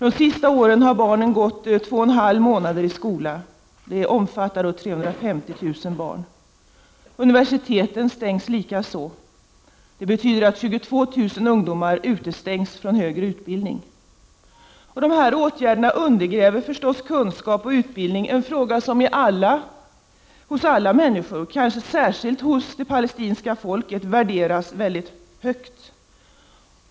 Det senaste året har barnen gått 2,5 månader i skola, och det gäller 350 000 barn. Universiteten stängs likaså. Det betyder att 22 000 ungdomar utestängs från högre utbildning. Dessa åtgärder undergräver kunskap och utbildning, vilket är något som alla, särskilt det palestinska folket, värderar mycket högt.